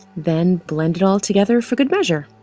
then blend it all together for good measure